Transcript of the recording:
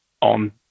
on